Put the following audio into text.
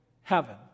Heaven